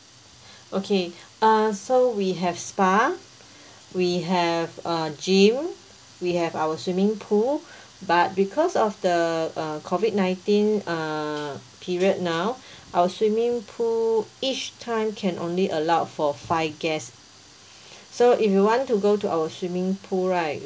okay uh so we have spa we have a gym we have our swimming pool but because of the uh COVID nineteen uh period now our swimming pool each time can only allowed for five guests so if you want to go to our swimming pool right